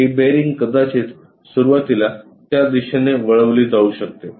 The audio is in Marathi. ही बेअरिंग कदाचित सुरुवातीला त्या दिशेने वळवली जाऊ शकते